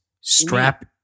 strap